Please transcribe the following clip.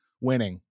winning